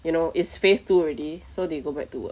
you know it's phase two already so they go back to work